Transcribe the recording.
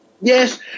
Yes